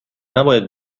نباید